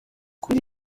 kuri